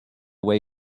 way